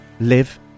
live